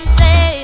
say